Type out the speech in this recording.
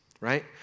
right